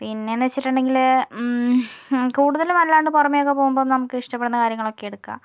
പിന്നേയെന്നു വച്ചിട്ടുണ്ടെങ്കിൽ കൂടുതൽ വല്ലാണ്ട് പുറമേയൊക്കെ പോവുമ്പം നമുക്ക് ഇഷ്ടപ്പെടുന്ന കാര്യങ്ങളൊക്കെ എടുക്കാം